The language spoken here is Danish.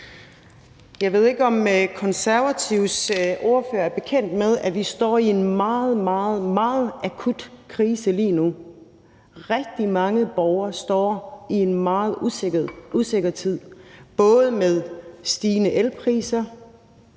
Jeg ved ikke, om Konservatives ordfører er bekendt med, at vi står i en meget, meget akut krise lige nu. Rigtig mange borgere står i en meget usikker tid både med stigende elpriser,